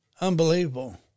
unbelievable